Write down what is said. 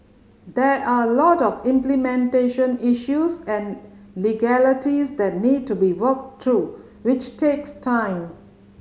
there are a lot of implementation issues and legalities that need to be worked through which takes time